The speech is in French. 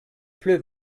pleut